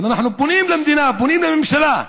אנחנו פונים למדינה, פונים לממשלה: